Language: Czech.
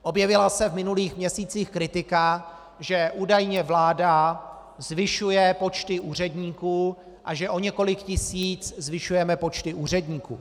Objevila se v minulých měsících kritika, že údajně vláda zvyšuje počty úředníků a že o několik tisíc zvyšujeme počty úředníků.